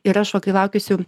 ir aš va kai laukiausi